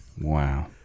Wow